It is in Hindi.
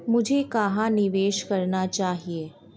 मुझे कहां निवेश करना चाहिए?